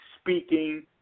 speaking